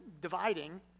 dividing